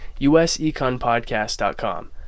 useconpodcast.com